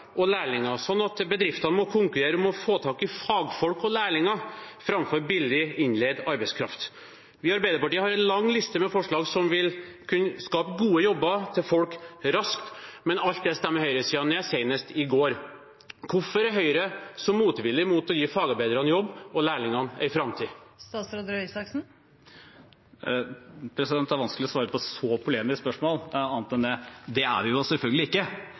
og lærlinger, sånn at bedriftene må konkurrere om å få tak i fagfolk og lærlinger framfor billig innleid arbeidskraft. Vi i Arbeiderpartiet har en lang liste med forslag som vil kunne skape gode jobber til folk raskt, men alt det stemmer høyresiden ned – senest i går. Hvorfor er Høyre så motvillig med tanke på å gi fagarbeiderne jobb og lærlingene en framtid? Det er vanskelig å svare på et så polemisk spørsmål, annet enn at det er vi selvfølgelig ikke.